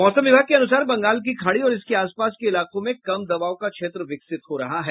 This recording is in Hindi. मौसम विभाग के अनुसार बंगाल की खाड़ी और इसके आस पास के इलाकों में कम दबाव का क्षेत्र विकसित हो रहा है